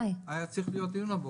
היה צריך להיות דיון הבוקר.